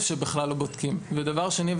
בכלל לא בודקים ודבר שני,